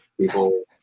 people